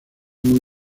muy